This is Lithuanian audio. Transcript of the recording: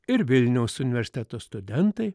ir vilniaus universiteto studentai